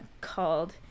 called